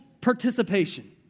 participation